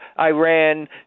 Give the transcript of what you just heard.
Iran